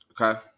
okay